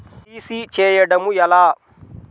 CC చేయడము ఎలా?